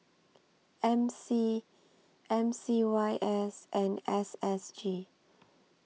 M C M C Y S and S S G